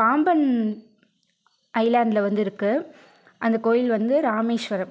பாம்பன் ஐலண்டில் வந்து இருக்குது அந்த கோயில் வந்து ராமேஸ்வரம்